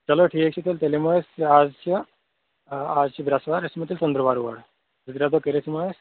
چلو ٹھیٖک چھُ تیٚلہِ تیٚلہِ یِمو أسۍ آز چھِ آز چھِ بریٚسوار أسۍ یِمو تیٚلہِ ژَنٛدٕروار اور زٕ ترٛےٚ دۄہ کٔرِتھ یمو أسۍ